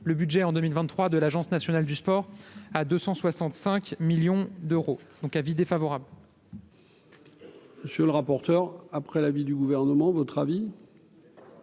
le budget en 2023, de l'Agence nationale du sport à 265 millions d'euros, donc avis défavorable. Monsieur le rapporteur, après l'avis du gouvernement, votre avis.